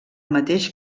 mateix